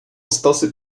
stosy